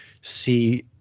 see